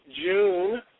June